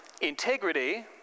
integrity